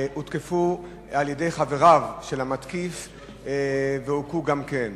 הותקפו על-ידי חבריו של המתקיף והוכו גם הם.